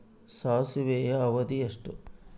ಸಾಸಿವೆಯ ಅವಧಿ ಎಷ್ಟು?